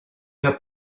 n’as